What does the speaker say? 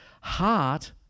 heart